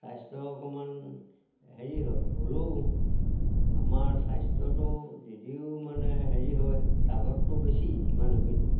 স্বাস্থ্য অকণমান হেৰি হয় হ'লেও আমাৰ স্বাস্থ্যটো যদিও মানে হেৰি হয় তাগতটো বেছি মানুহখিনিৰ